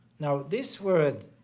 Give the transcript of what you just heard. now this word,